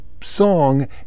song